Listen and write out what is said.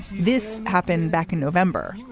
this happened back in november.